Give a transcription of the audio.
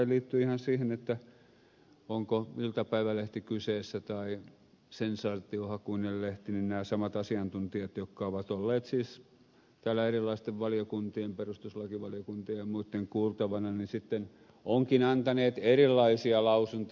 liittyy ihan siihen onko iltapäivälehti kyseessä tai sensaatiohakuinen lehti niin nämä samat asiantuntijat jotka ovat olleet täällä erilaisten valiokuntien perustuslakivaliokunnan ja muitten kuultavana ovatkin antaneet erilaisia lausuntoja